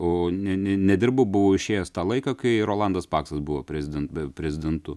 o ne ne nedirbau buvo išėjęs tą laiką kai rolandas paksas buvo preziden prezidentu